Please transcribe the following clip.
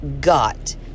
got